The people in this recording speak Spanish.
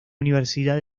universidad